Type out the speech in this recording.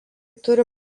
turi